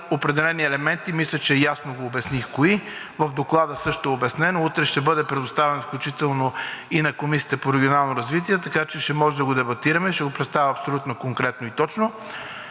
определени елементи, мисля, че ясно го обясних кои. В Доклада също е обяснено. Утре ще бъде предоставен, включително и на Комисията по регионално развитие, така че ще можем да го дебатираме. Ще го представя абсолютно конкретно и точно.